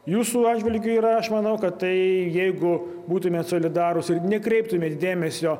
jūsų atžvilgiu yra aš manau kad tai jeigu būtumėt solidarūs ir nekreiptumėt dėmesio